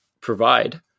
provide